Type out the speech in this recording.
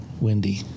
Wendy